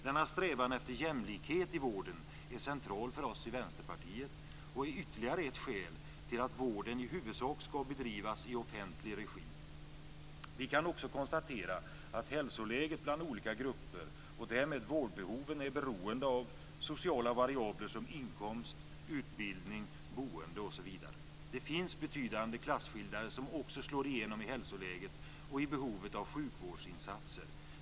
Denna strävan efter jämlikhet i vården är central för oss i Vänsterpartiet och är ytterligare ett skäl till att vården i huvudsak skall bedrivas i offentlig regi. Vi kan också konstatera att hälsoläget bland olika grupper och därmed vårdbehoven är beroende av sociala variabler som inkomst, utbildning, boende osv. Det finns betydande klasskillnader som slår igenom i hälsoläget och i behovet av sjukvårdsinsatser.